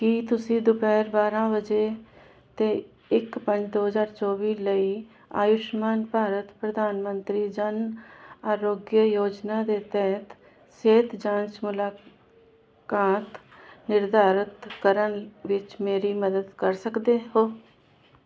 ਕੀ ਤੁਸੀਂ ਦੁਪਹਿਰ ਬਾਰ੍ਹਾਂ ਵਜੇ 'ਤੇ ਇੱਕ ਪੰਜ ਦੋ ਹਜ਼ਾਰ ਚੌਵੀ ਲਈ ਆਯੁਸ਼ਮਾਨ ਭਾਰਤ ਪ੍ਰਧਾਨ ਮੰਤਰੀ ਜਨ ਆਰੋਗਯ ਯੋਜਨਾ ਦੇ ਤਹਿਤ ਸਿਹਤ ਜਾਂਚ ਮੁਲਾਕਾਤ ਨਿਰਧਾਰਤ ਕਰਨ ਵਿੱਚ ਮੇਰੀ ਮਦਦ ਕਰ ਸਕਦੇ ਹੋ